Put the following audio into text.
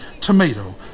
tomato